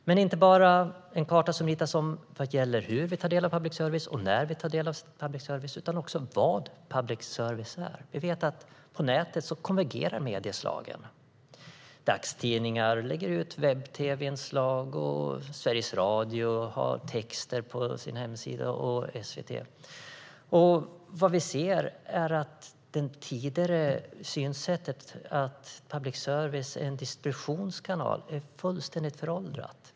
Men kartan ritas inte bara om vad gäller hur vi tar del av public service och när vi tar del av public service utan också vad public service är. Vi vet att medieslagen konvergerar på nätet. Dagstidningar lägger ut webb-tv-inslag, och Sveriges Radio och SVT har texter på sina hemsidor. Vi ser att det tidigare synsättet att public service är en distributionskanal är fullständigt föråldrat.